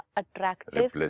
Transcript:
attractive